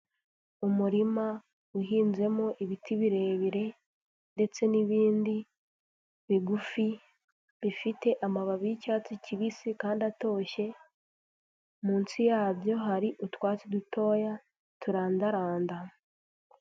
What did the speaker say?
Umurima uhinzemo ibiti birebire ndetse n'ibindi bigufi bifite amababi y'icyatsi kibisi kandi atoshye, munsi yabyo hari utwatsi dutoya turandaranda.